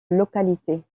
localités